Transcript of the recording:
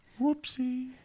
Whoopsie